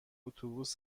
اتوبوس